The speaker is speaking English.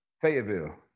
Fayetteville